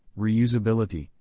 reusability,